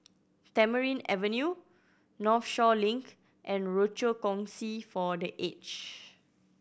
Tamarind Avenue Northshore Link and Rochor Kongsi for The Age